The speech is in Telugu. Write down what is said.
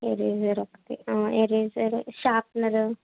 ఎరేజరు ఒకటి ఎరేజరు షార్ప్నరు